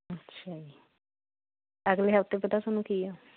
ਅੱਛਿਆ ਜੀ ਅਗਲੇ ਹਫਤੇ ਪਤਾ ਤੁਹਾਨੂੰ ਕੀ ਆ